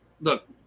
Look